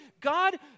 God